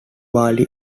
bali